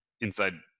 inside